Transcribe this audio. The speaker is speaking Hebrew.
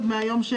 הוא